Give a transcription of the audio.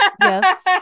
Yes